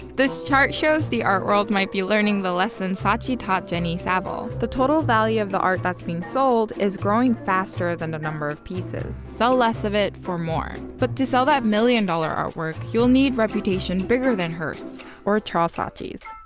this chart shows the art world might be learning the lesson saatchi taught jenny savile the total value of the art that's being sold is growing faster than the number of pieces. sell less of it, for more. but to sell that million-dollar artwork, you'll need reputation bigger than hirst's, or charles saatchi's.